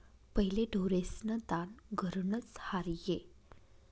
पहिले ढोरेस्न दान घरनंच र्हाये